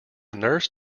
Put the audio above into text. nurse